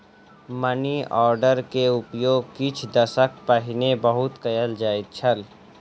money order के उपयोग किछ दशक पहिने बहुत कयल जाइत छल